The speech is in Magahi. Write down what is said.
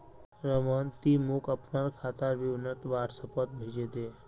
रमन ती मोक अपनार खातार विवरण व्हाट्सएपोत भेजे दे